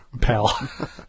Pal